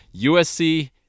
USC